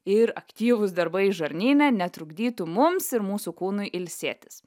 ir aktyvūs darbai žarnyne netrukdytų mums ir mūsų kūnui ilsėtis